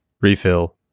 refill